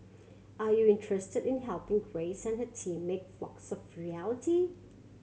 are you interested in helping Grace and her team make Flocks a reality